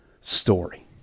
story